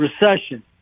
recession